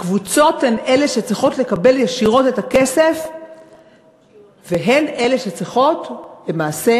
הקבוצות הן שצריכות לקבל ישירות את הכסף והן שצריכות למעשה